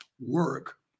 work